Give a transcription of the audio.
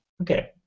Okay